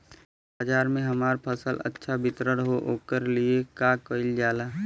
बाजार में हमार फसल अच्छा वितरण हो ओकर लिए का कइलजाला?